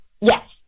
Yes